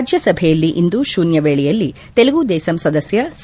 ರಾಜ್ಙಸಭೆಯಲ್ಲಿ ಇಂದು ಶೂನ್ಯ ವೇಳೆಯಲ್ಲಿ ತೆಲುಗು ದೇಸಂ ಸದಸ್ಯ ಸಿ